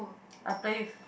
I play with